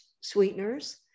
sweeteners